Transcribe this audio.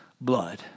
blood